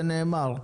זה נאמר.